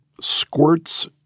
squirts